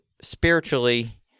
spiritually